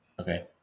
Okay